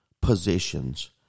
positions